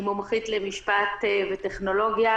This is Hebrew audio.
אני מומחית למשפט וטכנולוגיה.